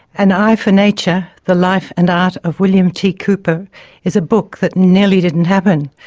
an eye for nature the life and art of william t. cooper is a book that nearly didn't happen.